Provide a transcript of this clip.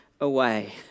away